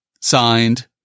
signed